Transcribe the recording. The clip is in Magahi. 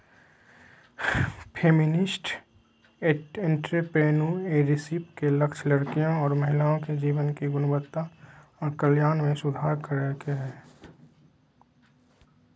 फेमिनिस्ट एंट्रेप्रेनुएरशिप के लक्ष्य लड़कियों और महिलाओं के जीवन की गुणवत्ता और कल्याण में सुधार करे के हय